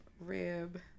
rib